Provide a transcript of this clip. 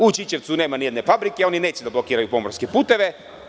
U Ćićevcu nema nijedne fabrike, oni neće da blokiraju pomorske puteve.